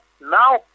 now